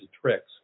tricks